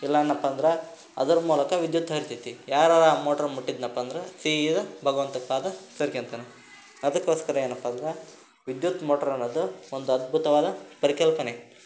ಇಲ್ಲ ಅಂದ್ನಪ್ಪ ಅಂದ್ರೆ ಅದರ ಮೂಲಕ ವಿದ್ಯುತ್ ಹರಿತೈತೆ ಯಾರಾರು ಆ ಮೋಟ್ರ್ ಮುಟ್ಟಿದನಪ್ಪ ಅಂದ್ರೆ ಸೀದಾ ಭಗವಂತನ ಪಾದ ಸೇರ್ಕಂತಾನೆ ಅದಕ್ಕೋಸ್ಕರ ಏನಪ್ಪ ಅಂದ್ರೆ ವಿದ್ಯುತ್ ಮೋಟ್ರ್ ಅನ್ನೋದು ಒಂದು ಅದ್ಭುತವಾದ ಪರಿಕಲ್ಪನೆ